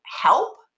help